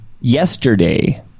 yesterday